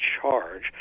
charge